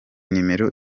nimero